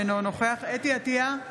אינו נוכח חוה אתי עטייה,